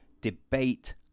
debate